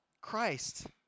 Christ